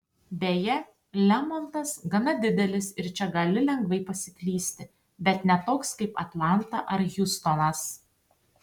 beje lemontas gana didelis ir čia gali lengvai pasiklysti bet ne toks kaip atlanta ar hjustonas